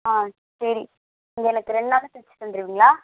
ஆ சரி எனக்கு ரெண்டு நாளில் தைச்சி தந்துடுவீங்களா